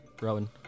Rowan